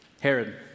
Herod